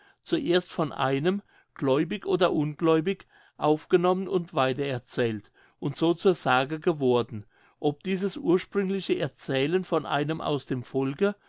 zuerst von einem gläubig oder ungläubig aufgenommen und weiter erzählt und so zur sage geworden ob dieses ursprüngliche erzählen von einem aus dem volke